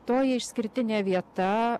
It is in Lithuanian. toji išskirtinė vieta